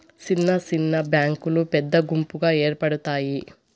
సిన్న సిన్న బ్యాంకులు పెద్ద గుంపుగా ఏర్పడుతాయి